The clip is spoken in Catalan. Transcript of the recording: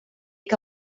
que